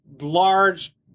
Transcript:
large